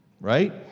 Right